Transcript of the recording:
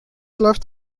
läuft